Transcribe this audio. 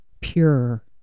pure